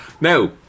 Now